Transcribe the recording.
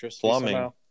plumbing